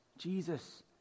Jesus